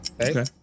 okay